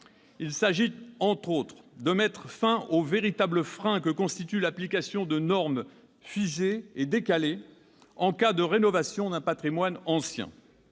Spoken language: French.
Il s'agit notamment de mettre fin au véritable frein que constitue l'application de normes figées et décalées en cas de rénovation d'un patrimoine ancien.